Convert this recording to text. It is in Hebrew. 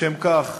לשם כך